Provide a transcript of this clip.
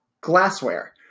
glassware